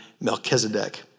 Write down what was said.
Melchizedek